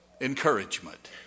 encouragement